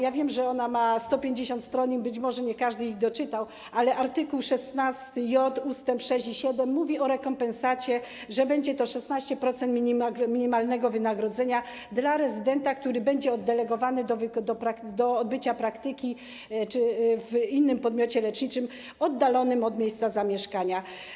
Ja wiem, że ta ustawa ma 150 stron i być może nie każdy to doczytał, ale art. 16j ust. 6 i 7 mówi o rekompensacie, że będzie to 16% minimalnego wynagrodzenia dla rezydenta, który będzie oddelegowany do odbycia praktyki w innym podmiocie leczniczym oddalonym od miejsca zamieszkania.